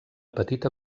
petita